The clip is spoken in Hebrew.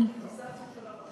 מתוך הפוליטיזציה של הרשות,